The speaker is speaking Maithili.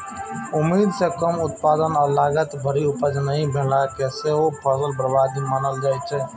उम्मीद सं कम उत्पादन आ लागत भरि उपज नहि भेला कें सेहो फसल बर्बादी मानल जाइ छै